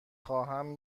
خواهم